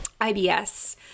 IBS